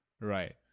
right